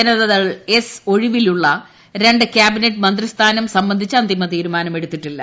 Janata Dal S ഒഴിവിലുള്ള രണ്ട് cabinet മന്ത്രിസ്ഥാനം സംബന്ധിച്ച് അന്തിമ തീരുമാനം എടുത്തിട്ടില്ല